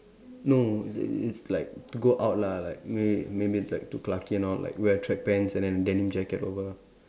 no it's it's like to go out lah like may maybe like to Clarke Quay and all like wear track pants and then denim jacket over